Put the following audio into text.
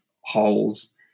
holes